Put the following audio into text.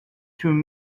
through